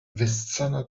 wyssana